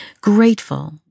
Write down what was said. Grateful